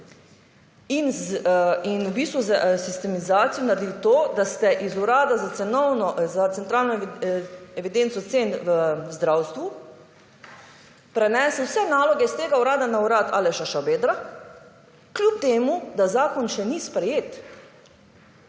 in v bistvu s sistemizacijo naredili to, da ste iz urada za centralno evidenco cen v zdravstvu prenesli vse naloge iz tega urada na urad Aleša Šabedra, kljub temu, da zakon še ni sprejet.